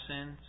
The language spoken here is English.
sins